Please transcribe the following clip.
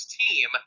team